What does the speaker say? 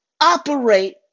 operate